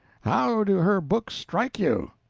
how do her books strike you?